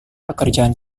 pekerjaan